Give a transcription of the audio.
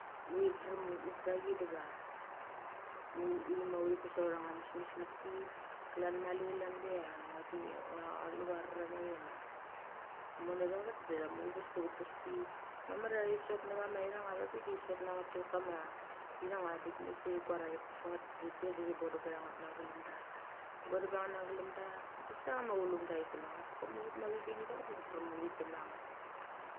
Uthi drem ut tha chi diva, uthi pes autha ngama mes metki. Klan mali chalan be a ngua lu chama rura nave ma moni vevet de muccheves de chi pes ki. Mamar ia chi sot nechama uthang ava bik de sot na ngnet semek kama thang avabik mucheves de chi kuar a chi pes nget de ut te de uthi bodem btha nget na galum da. Thi bodum ba nget na galam da abes chama chulum da chi tem manget. Ko ma ut ma vibing da de ut drem uthi tek manget.